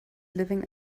living